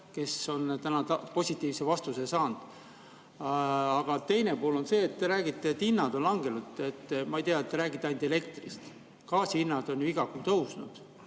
kes on positiivse vastuse saanud. Teine pool on see, et te räägite, et hinnad on langenud. Ma ei tea, te räägite ainult elektrist. Gaasi hinnad on ju iga kuu tõusnud.